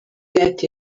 get